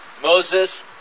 Moses